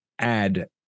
add